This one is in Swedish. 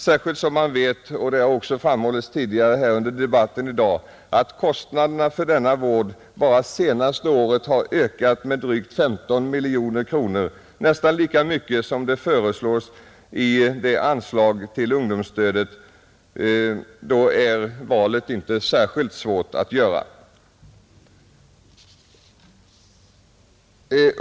När man vet — det har också framhållits tidigare under debatten i dag — att kostnaderna för denna vård bara under det senaste året har ökat med drygt 15 miljoner, nästan lika mycket som föreslås i anslag till ungdomsstödet, då är valet inte särskilt svårt att göra.